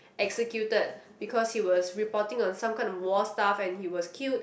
executed because he was reporting on some kind of war stuff and he was cute